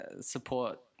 support